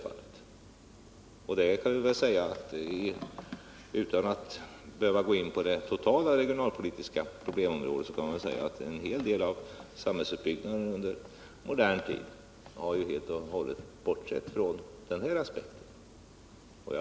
Utan att behöva gå in på det totala regionalpolitiska problemområdet kan man väl säga att en del av samhälls uppbyggnaden under modern tid helt och hållet har bortsett från den här aspekten.